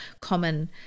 common